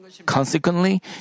Consequently